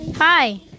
Hi